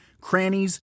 crannies